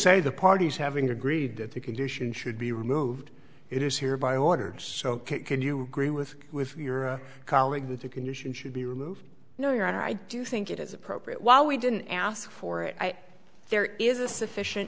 say the parties having agreed that the condition should be removed it is here by ordered so can you agree with with your colleague that the condition should be removed no your honor i do think it is appropriate while we didn't ask for it i there is a sufficient